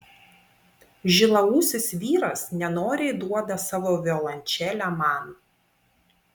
žilaūsis vyras nenoriai duoda savo violončelę man